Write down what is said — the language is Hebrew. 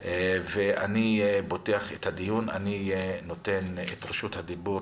אני פותח את הדיון ונותן את רשות הדיבור